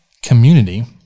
Community